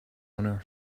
owner